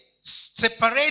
separate